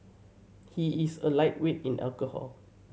he is a lightweight in alcohol